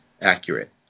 accurate